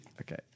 okay